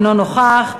אינו נוכח,